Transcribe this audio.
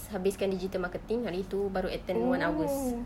habiskan digital marketing hari itu baru attend one hours